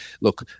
look